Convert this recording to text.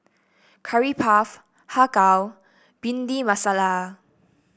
Curry Puff Har Kow Bhindi Masala